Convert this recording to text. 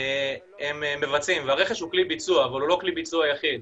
הם מבצעים והרכש הוא כלי ביצוע אבל הוא לא כלי ביצוע יחיד.